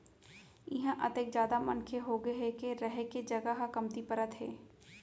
इहां अतेक जादा मनखे होगे हे के रहें के जघा ह कमती परत हे